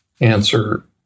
answer